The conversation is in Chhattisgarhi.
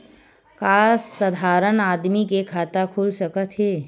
का साधारण आदमी के खाता खुल सकत हे?